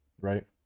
right